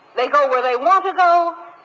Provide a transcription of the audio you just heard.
they go where they want to go.